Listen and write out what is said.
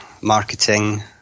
marketing